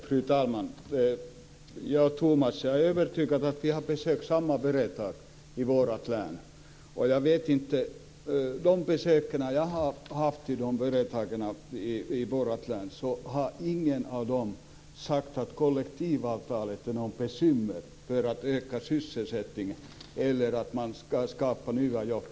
Fru talman! Jag är övertygad om att vi båda har besökt samma företag i vårt län. Inte på något av de företag som jag besökt i vårt län har man sagt att kollektivavtalet är ett bekymmer när det gäller att öka sysselsättningen och att skapa nya jobb.